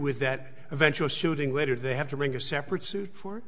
with that eventual shooting later they have to bring a separate suit for